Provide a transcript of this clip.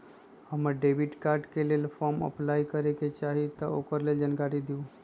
हम debit card के लेल फॉर्म अपलाई करे के चाहीं ल ओकर जानकारी दीउ?